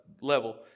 level